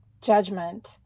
judgment